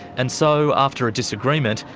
and so, after a disagreement,